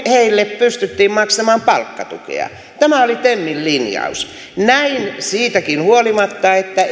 heille pystyttiin maksamaan palkkatukea tämä oli temin linjaus näin siitäkin huolimatta että